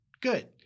Good